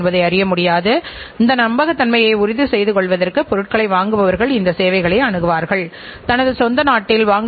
அதிக நேரம் எடுத்துக் கொண்ட படியால் அவர்கள் விரக்தியடைகிறார்கள்மனச்சோர்வடைகிறார்கள்